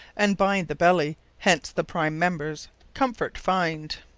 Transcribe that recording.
and bind the belly hence the prime members comfort find.